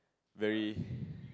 very